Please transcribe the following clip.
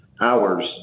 hours